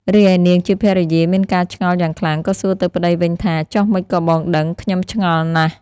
រីឯនាងជាភរិយាមានការឆ្ងល់យ៉ាងខ្លាំង ក៏សួរទៅប្ដីវិញថា ចុះម៉េចក៏បងដឹង ខ្ញុំឆ្ងល់ណាស់។